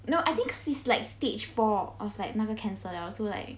no I think it's like stage four of like 那个 cancer liao so like